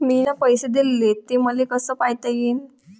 मिन पैसे देले, ते मले कसे पायता येईन?